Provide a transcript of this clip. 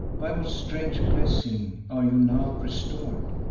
by what strange blessing are you now restor'd?